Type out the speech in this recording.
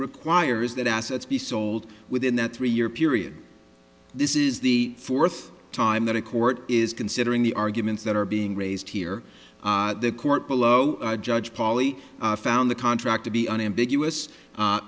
requires that assets be sold within that three year period this is the fourth time that a court is considering the arguments that are being raised here the court below judge poly found the contract to be unambiguous